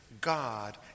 God